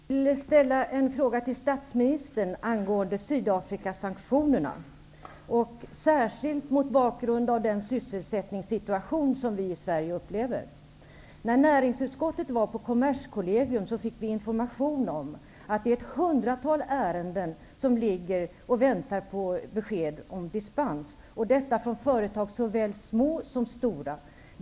Fru talman! Jag vill ställa en fråga till statsministern angående Sydafrikasanktionerna, särskilt mot bakgrund av den sysselsättningssituation som vi i Sverige upplever. När näringsutskottet besökte Kommerskollegium fick vi information om att ett hundratal ärenden ligger och väntar på besked om dispens. Det gäller både stora och små företag.